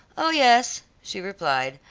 oh, yes, she replied.